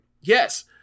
Yes